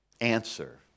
answer